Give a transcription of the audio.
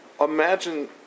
Imagine